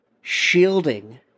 shielding